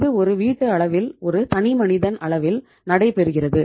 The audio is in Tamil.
இது ஒரு வீட்டு அளவில் ஒரு தனிமனிதன் அளவில் நடைபெறுகிறது